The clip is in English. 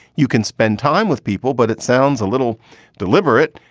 you can spend time with people, but it sounds a little deliberate.